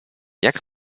jak